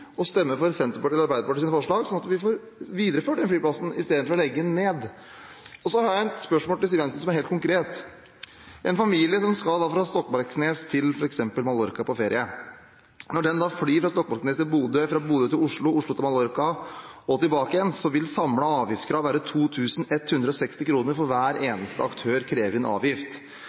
og stemme for Senterpartiets og Arbeiderpartiets forslag, slik at vi får videreført flyplassen i stedet for å legge den ned. Så har jeg et spørsmål til Siv Jensen som er helt konkret: Når en familie som skal fra Stokmarknes til f.eks. Mallorca på ferie, flyr fra Stokmarknes til Bodø, fra Bodø til Oslo, fra Oslo til Mallorca og tilbake igjen, vil det samlede avgiftskravet være på 2 160 kr, for hver eneste aktør krever inn avgift. Stortingets vedtak sier at en bare skal betale én avgift.